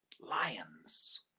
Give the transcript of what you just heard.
lions